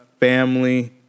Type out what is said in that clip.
Family